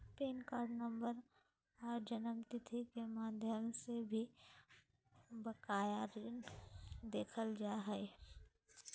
pan card number आर जन्मतिथि के माध्यम से भी बकाया ऋण देखल जा हय